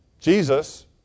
Jesus